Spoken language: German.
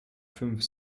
fünf